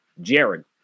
Jared